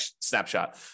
snapshot